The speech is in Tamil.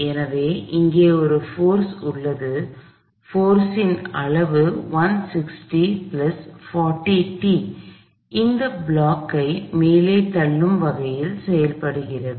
எனவே இங்கே ஒரு போர்ஸ் உள்ளது போர்ஸ் இன் அளவு 16040t இந்த பிளாக் ஐ மேலே தள்ளும் வகையில் செயல்படுகிறது